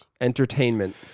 Entertainment